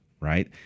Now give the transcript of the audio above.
right